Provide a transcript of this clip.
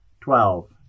twelve